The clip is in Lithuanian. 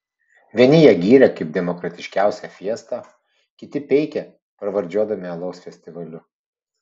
vieni ją gyrė kaip demokratiškiausią fiestą kiti peikė pravardžiuodami alaus festivaliu